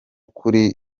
kuri